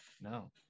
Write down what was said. No